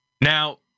Now